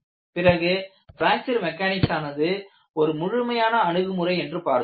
பிறகு fracture mechanics ஆனது ஒரு முழுமையான அணுகுமுறை என்று பார்த்தோம்